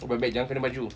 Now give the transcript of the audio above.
oh my bad jangan kena baju